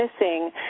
missing